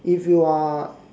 if you are